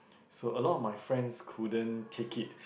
so a lot of my friends couldn't take it